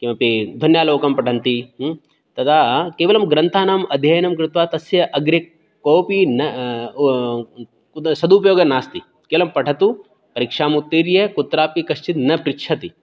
किमपि ध्वन्यालोकं पठन्ति तदा केवलं ग्रन्थानाम् अध्ययनं कृत्वा तस्य अग्रे कोऽपि न सदुपयोगः नास्ति केवलं पठतु परीक्षाम् उत्तीर्य कुत्रापि कश्चित् न पृच्छति